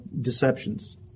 deceptions